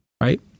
Right